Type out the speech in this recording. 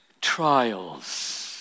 trials